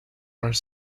are